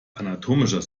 anatomischer